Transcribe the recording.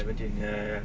ya ya ya